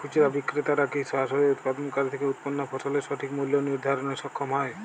খুচরা বিক্রেতারা কী সরাসরি উৎপাদনকারী থেকে উৎপন্ন ফসলের সঠিক মূল্য নির্ধারণে সক্ষম হয়?